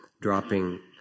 dropping